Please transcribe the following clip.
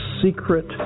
secret